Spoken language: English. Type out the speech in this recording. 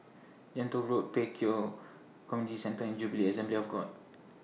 Gentle Road Pek Kio Community Centre and Jubilee Assembly of God